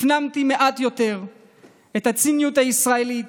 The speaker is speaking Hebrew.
הפנמתי מעט יותר את הציניות הישראלית.